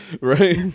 right